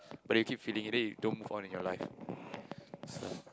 but they keep feeling it then you don't move on in your life so